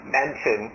mention